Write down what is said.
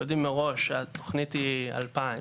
שיודעים מראש שהתוכנית היא 2,000,